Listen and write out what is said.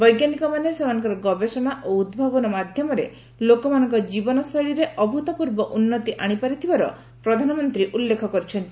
ବୈଜ୍ଞାନିକମାନେ ସେମାନଙ୍କର ଗବେଷଣା ଓ ଉଭାବନ ମାଧ୍ୟମରେ ଲୋକମାନଙ୍କ ଜୀବନଶୈଳୀରେ ଅଭୃତପୂର୍ବ ଉନ୍ନତି ଆଣିପାରିଥିବାର ପ୍ରଧାନମନ୍ତ୍ରୀ ଉଲ୍ଲେଖ କରିଛନ୍ତି